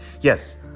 Yes